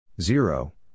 Zero